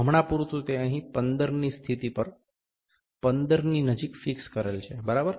હમણાં પૂરતું તે અહીં 15 ની સ્થિતિ પર 15 ની નજીક ફિક્સ કરેલ છે બરાબર